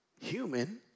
human